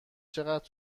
چقدر